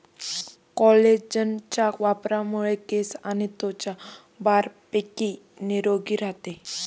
कोलेजनच्या वापरामुळे केस आणि त्वचा बऱ्यापैकी निरोगी राहते